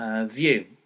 view